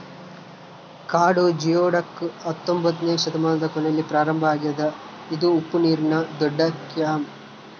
ಕಾಡು ಜಿಯೊಡಕ್ ಹತ್ತೊಂಬೊತ್ನೆ ಶತಮಾನದ ಕೊನೆಯಲ್ಲಿ ಪ್ರಾರಂಭ ಆಗ್ಯದ ಇದು ಉಪ್ಪುನೀರಿನ ದೊಡ್ಡಕ್ಲ್ಯಾಮ್